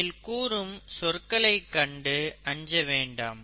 இதில் கூறும் சொற்களை கண்டு அஞ்ச வேண்டாம்